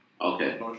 Okay